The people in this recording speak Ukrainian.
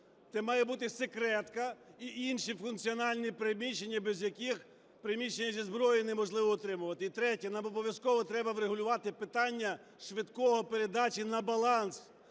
це має бути секретка і інші функціональні приміщення без яких приміщення зі зброєю неможливо утримувати. І третє. Нам обов'язково треба врегулювати питання швидкої передачі на баланс